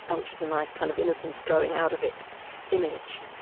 but which is a nice kind of innocence growing out of it image.